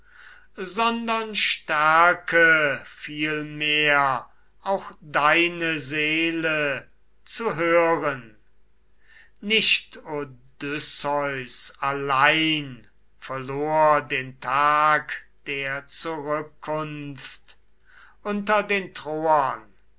sondern stärke vielmehr auch deine seele zu hören nicht odysseus allein verlor den tag der zurückkunft unter den